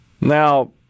Now